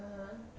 (uh huh)